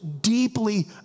deeply